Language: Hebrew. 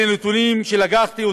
אלה נתונים שלקחתי,